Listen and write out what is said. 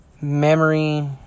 memory